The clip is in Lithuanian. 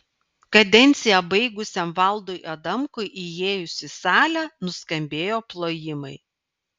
kadenciją baigusiam valdui adamkui įėjus į salę nuskambėjo plojimai